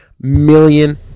million